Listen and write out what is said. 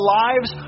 lives